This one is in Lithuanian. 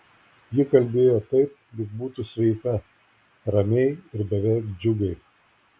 ji kalbėjo taip lyg būtų sveika ramiai ir beveik džiugiai